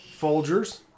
Folgers